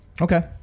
Okay